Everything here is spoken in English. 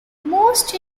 most